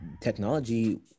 technology